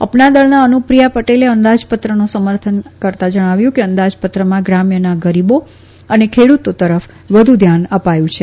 અપના દળના અનુપ્રિયા પટેલે અંદાજપત્રનો સમર્થન કરતાં જણાવ્યું કે અંદાજપત્રમાં ગ્રામ્યના ગરીબો અને ખેડુતો તરફ વધુ ધ્યાન આપ્યું છે